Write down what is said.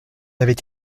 avaient